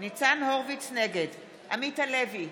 נגד עמית הלוי,